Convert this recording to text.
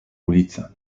ulice